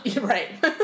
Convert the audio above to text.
Right